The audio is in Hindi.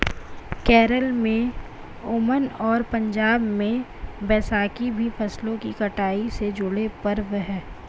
केरल में ओनम और पंजाब में बैसाखी भी फसलों की कटाई से जुड़े पर्व हैं